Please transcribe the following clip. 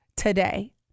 Today